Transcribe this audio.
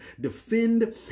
defend